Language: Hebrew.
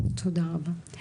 תודה רבה.